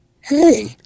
hey